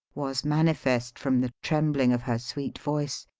was manifest from the trembling of her sweet voice,